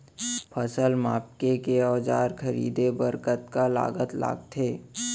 फसल मापके के औज़ार खरीदे बर कतका लागत लगथे?